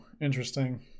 interesting